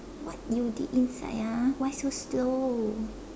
what you did inside ah why so slow